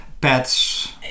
pets